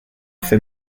fait